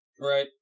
Right